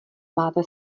máte